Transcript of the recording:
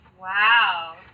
Wow